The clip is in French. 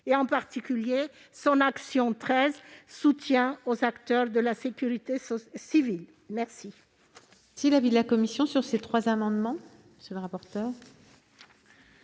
», en particulier son action n° 13, Soutien aux acteurs de la sécurité civile. Quel